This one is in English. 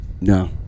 No